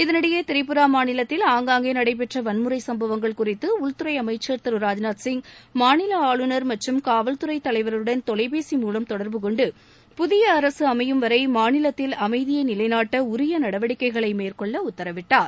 இதனிடையே திரிபுரா மாநிலத்தில் ஆங்காங்கே நடைபெற்ற வன்முறை சும்பவங்கள் குறித்து உள்துறை திரு ராஜ்நாத் சிங் மாநில ஆளுநர் மற்றும் காவல்துறை தலைவருடன் தொலைபேசி மூலம் அமைச்சர் தொடர்புகொண்டு புதிய அரசு அமையும் வளர மாநிலத்தில் அமைதியை நிலைநாட்ட உரிய நடவடிக்கைகளை மேற்கொள்ள உத்தரவிட்டார்